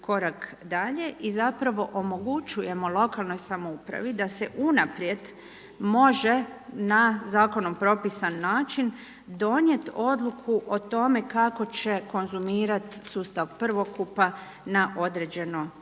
i zapravo omogućujemo lokalnoj samoupravi da se unaprijed može na Zakonom propisan način donijet odluku o tome kako će konzumirati sustav prvokupa na određeno razdoblje.